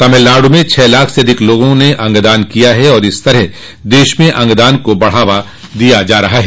तमिलनाडु में छह लाख से अधिक लोगों ने अंगदान किया है और इस तरह देश में अंगदान को बढ़ावा दिया जा रहा है